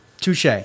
touche